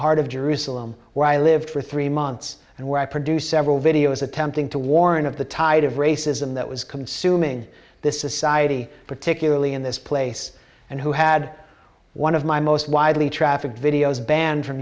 heart of jerusalem where i lived for three months and where i produced several videos attempting to warn of the tide of racism that was consuming the society particularly in this place and who had one of my most widely trafficked videos banned from